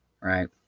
right